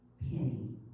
penny